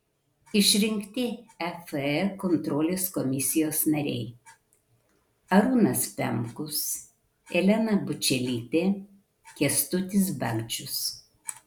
išrinkti af kontrolės komisijos nariai arūnas pemkus elena bučelytė kęstutis bagdžius